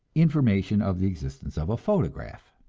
information of the existence of a photograph.